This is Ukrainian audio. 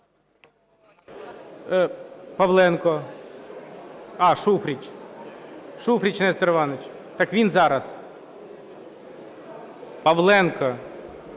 Павленко. А, Шуфрич. Шуфрич Нестор Іванович. Так він зараз. Павленко